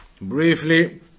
briefly